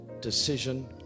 decision